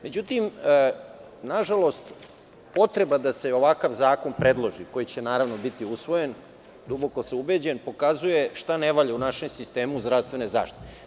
Međutim, nažalost, potreba da se ovakav zakon predloži, koji će naravno biti usvojen, duboko sam ubeđen, pokazuje šta ne valja u našem sistemu zdravstvene zaštite.